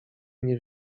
nie